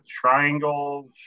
Triangle